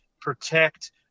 protect